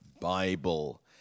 Bible